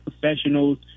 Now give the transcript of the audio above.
professionals